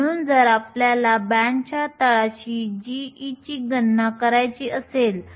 म्हणून जर आपल्याला बँडच्या तळाशी g ची गणना करायची असेल